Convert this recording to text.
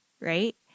Right